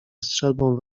strzelbą